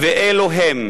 ואלו הם,